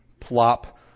Plop